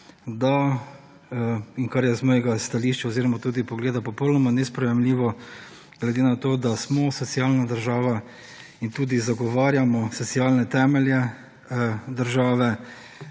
da in kar je z mojega stališča oziroma pogleda popolnoma nesprejemljivo glede na to, da smo socialna država in tudi zagovarjamo socialne temelje države,